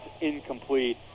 incomplete